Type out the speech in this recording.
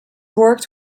worked